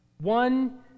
one